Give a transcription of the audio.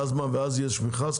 ואז יש מכרז?